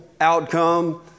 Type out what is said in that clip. outcome